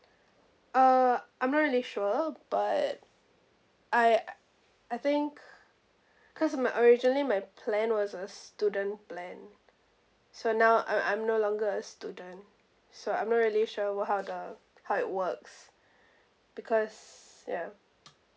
uh I'm not really sure but I I think cause my originally my plan was a student plan so now I'm I'm no longer a student so I'm not really sure what how the how it works because ya